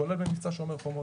כולל במבצע "שומר חומות".